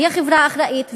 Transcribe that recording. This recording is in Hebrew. שהיא החברה האחראית,